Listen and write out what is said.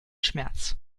schmerz